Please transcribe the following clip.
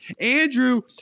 Andrew